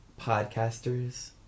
podcasters